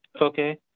okay